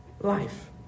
life